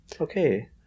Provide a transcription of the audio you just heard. okay